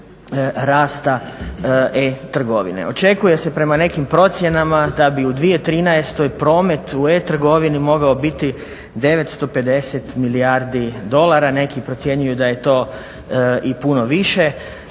Očekuje se prema nekim procjenama da bi u 2013.promet u e-trgovini mogao biti 950 milijardi dolara. Neki procjenjuju da je to i puno više,